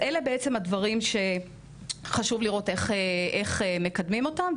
אלה הדברים שחשוב לראות איך מקדמים אותם.